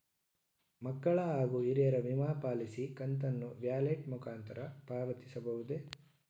ಮಕ್ಕಳ ಹಾಗೂ ಹಿರಿಯರ ವಿಮಾ ಪಾಲಿಸಿ ಕಂತನ್ನು ವ್ಯಾಲೆಟ್ ಮುಖಾಂತರ ಪಾವತಿಸಬಹುದೇ?